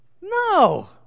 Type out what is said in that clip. No